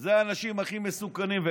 אלה האנשים הכי מסוכנים.